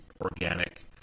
organic